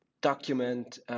document